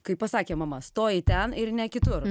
kaip pasakė mama stojai ten ir ne kitur